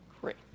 great